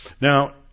Now